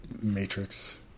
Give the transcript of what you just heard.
Matrix